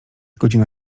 godzina